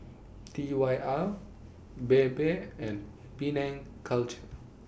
T Y R Bebe and Penang Culture